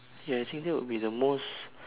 ya I think that would be the most